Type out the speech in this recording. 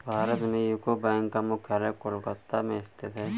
भारत में यूको बैंक का मुख्यालय कोलकाता में स्थित है